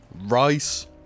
rice